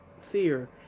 fear